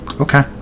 Okay